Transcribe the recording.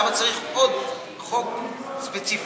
למה צריך עוד חוק ספציפי?